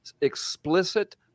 explicit